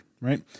right